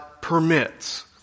permits